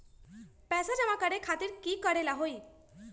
पैसा जमा करे खातीर की करेला होई?